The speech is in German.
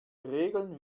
regeln